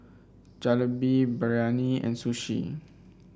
Jalebi Biryani and Sushi